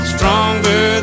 Stronger